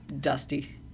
dusty